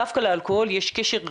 דווקא לאלכוהול יש קשר ישיר,